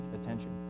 attention